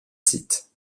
sites